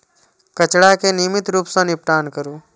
कचरा के नियमित रूप सं निपटान करू